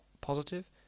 positive